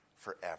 forever